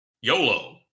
YOLO